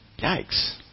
Yikes